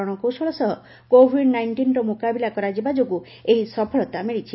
ରଣକୌଶଳ ସହ କୋଭିଡ୍ ନାଇଷ୍ଟିନର ମୁକାବିଲା କରାଯିବା ଯୋଗୁଁ ଏହି ସଫଳତା ମିଳିଛି